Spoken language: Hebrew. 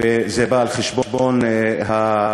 וזה בא על חשבון השמורה.